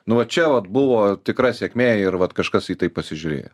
nu vat čia vat buvo tikra sėkmė ir vat kažkas į tai pasižiūrėjo